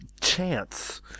chance